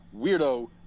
weirdo